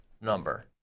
number